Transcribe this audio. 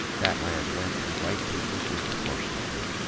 that land went to white people disproportionately,